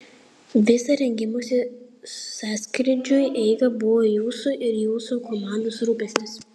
visa rengimosi sąskrydžiui eiga buvo jūsų ir jūsų komandos rūpestis